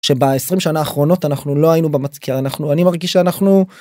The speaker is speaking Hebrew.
שבעשרים שנה אחרונות אנחנו לא היינו במצב, אנחנו אני מרגיש שאנחנו.